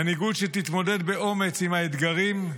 מנהיגות שתתמודד באומץ עם האתגרים,